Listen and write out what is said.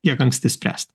kiek anksti spręst